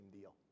deal